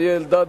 אריה אלדד,